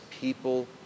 people